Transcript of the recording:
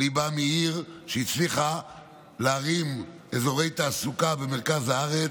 אני בא מעיר שהצליחה להרים אזורי תעסוקה במרכז הארץ.